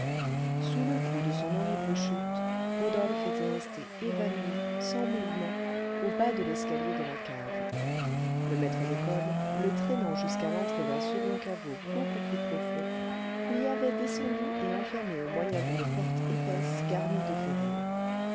sous le coup de son horrible chute rodolphe était resté évanoui sans mouvement au bas de l'escalier de la cave le maître d'école le traînant jusqu'à l'entrée d'un second caveau beaucoup plus profond l'y avait descendu et enfermé au moyen d'une porte épaisse garnie de ferrures